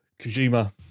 Kojima